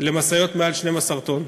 למשאיות מעל 12 טונות,